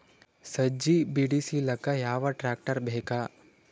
ಸಜ್ಜಿ ಬಿಡಿಸಿಲಕ ಯಾವ ಟ್ರಾಕ್ಟರ್ ಬೇಕ?